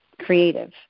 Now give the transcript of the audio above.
creative